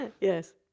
Yes